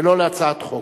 ולא הצעת חוק?